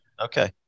Okay